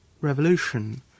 revolution